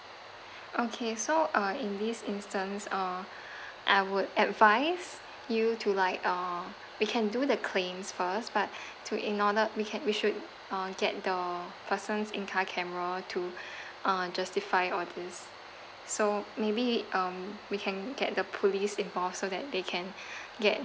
okay so uh in this instance uh I would advise you to like uh we can do the claims first but to in order we can we should uh get the person's in car camera to uh justify all this so maybe um we can get the police involved so that they can get